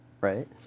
Right